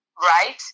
right